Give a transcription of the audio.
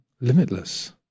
limitless